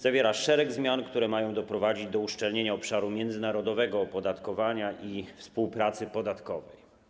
Zawiera szereg zmian, które mają doprowadzić do uszczelnienia obszaru międzynarodowego opodatkowania i współpracy podatkowej.